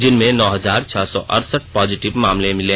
जिनमें नौ हजार छह सौ अरसठ पॉजिटिव मामले मिले